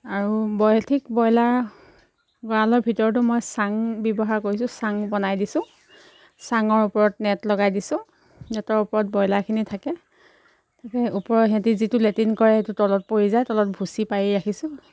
আৰু বইল ঠিক ব্ৰইলাৰ গঁৰালৰ ভিতৰতো মই চাং ব্যৱহাৰ কৰিছোঁ চাং বনাই দিছোঁ চাঙৰ ওপৰত নেট লগাই দিছোঁ নেটৰ ওপৰত ব্ৰইলাৰখিনি থাকে তাকে ওপৰৰ সিহঁতি যিটো লেটিন কৰে সেইটো তলত পৰি যায় তলত ভুচি পাৰি ৰাখিছোঁ